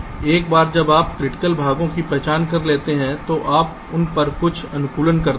एक बार जब आप उन क्रिटिकल भागों की पहचान कर लेते हैं जो आप उन पर कुछ अनुकूलन करते हैं